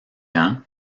ans